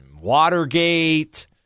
Watergate